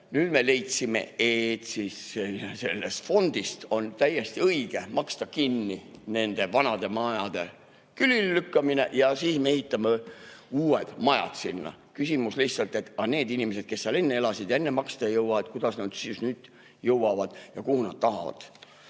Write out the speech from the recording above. Nüüd me leidsime, et sellest fondist on täiesti õige maksta kinni nende vanade majade külili lükkamine, ja siis me ehitame uued majad sinna. Küsimus lihtsalt: aga kui need inimesed, kes seal enne elasid, maksta ei jõudnud, kuidas nad nüüd jõuavad? Ja kus nad tahavad